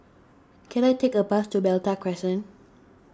can I take a bus to Malta Crescent